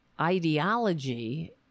ideology